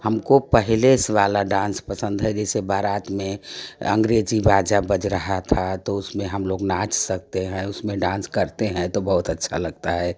हमको पहले वाला डांस पसंद है जैसे बारात में अंग्रेज़ी बाजा बज रहा था तो उसमें हम लोग नाच सकते हैं उसमें डांस करते हैं तो बहुत अच्छा लगता है